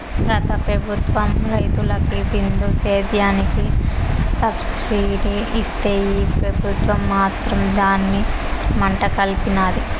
గత పెబుత్వం రైతులకి బిందు సేద్యానికి సబ్సిడీ ఇస్తే ఈ పెబుత్వం మాత్రం దాన్ని మంట గల్పినాది